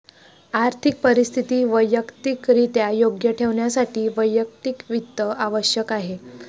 आर्थिक परिस्थिती वैयक्तिकरित्या योग्य ठेवण्यासाठी वैयक्तिक वित्त आवश्यक आहे